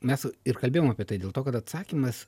mes ir kalbėjom apie tai dėl to kad atsakymas